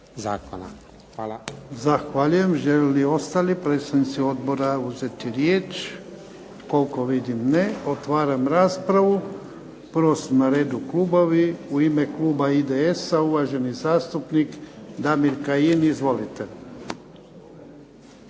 Ivan (HDZ)** Zahvaljujem. Želi li ostali predstavnici odbora uzeti riječ? koliko vidim ne. Otvaram raspravu. Prvo su na redu klubovi. U ime kluba IDS-a uvaženi zastupnik Damir Kajin, izvolite.